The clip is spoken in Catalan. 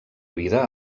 vida